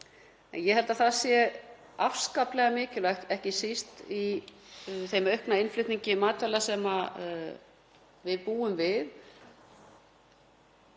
Ég held að það sé afskaplega mikilvægt, ekki síst í ljósi þess aukna innflutningi matvæla sem við búum við.